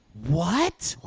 what? what?